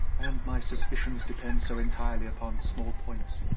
and my suspicions depend so entirely upon small points,